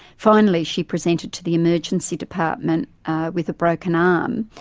finally she presented to the emergency department with a broken um